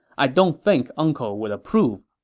i don't think uncle would approve.